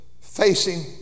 facing